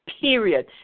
period